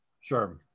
Sure